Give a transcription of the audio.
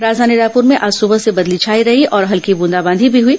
राजधानी रायपुर में आज सुबह से बदली छाई रही और हल्की बूंदाबांदी भी हुई